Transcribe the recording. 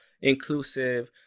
inclusive